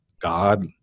God